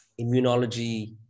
immunology